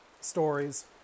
stories